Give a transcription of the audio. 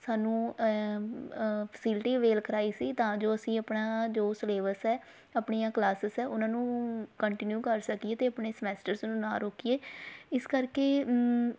ਸਾਨੂੰ facility avail ਕਰਵਾਈ ਸੀ ਤਾਂ ਜੋ ਅਸੀਂ ਆਪਣਾ ਜੋ ਸਿਲੇਬਸ ਹੈ ਆਪਣੀਆਂ ਕਲਾਸਿਸ ਹੈ ਉਹਨਾਂ ਨੂੰ ਕੰਟੀਨਿਊ ਕਰ ਸਕੀਏ ਅਤੇ ਆਪਣੇ ਸਮੈਸਟਰਸ ਨੂੰ ਨਾ ਰੋਕੀਏ ਇਸ ਕਰਕੇ